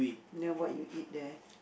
then what you eat there